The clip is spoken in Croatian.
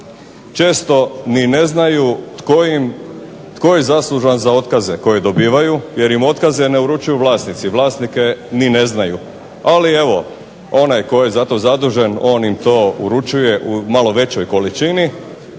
često ni ne znaju tko je zaslužan za otkaze koje dobivaju jer im otkaze ne uručuju vlasnici. Vlasnike ni ne znaju. Ali evo onaj tko je za to zadužen on im to uručuje u malo većoj količini